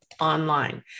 online